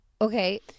Okay